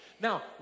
Now